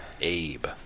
Abe